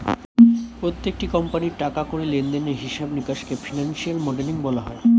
প্রত্যেকটি কোম্পানির টাকা কড়ি লেনদেনের হিসাব নিকাশকে ফিনান্সিয়াল মডেলিং বলা হয়